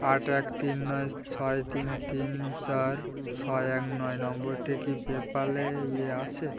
আট এক তিন নয় ছয় তিন তিন চার ছয় এক নয় নম্বরটি কি পেপ্যাল এ ইয়ে আছে